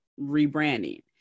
rebranding